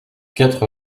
quatre